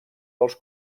dels